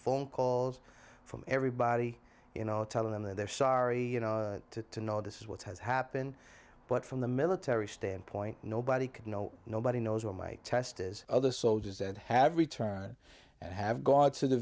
phone calls from everybody you know telling them that they're sorry to to know this is what has happened but from the military standpoint nobody could know nobody knows where my test is other soldiers that have returned and have gone to the